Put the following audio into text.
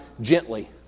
gently